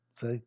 See